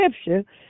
Scripture